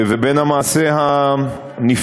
ובין המעשה הנפשע.